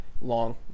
long